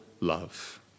love